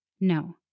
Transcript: No